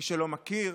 מי שלא מכיר,